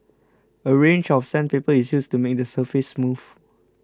a range of sandpaper is used to make the surface smooth